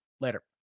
Later